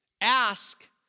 Ask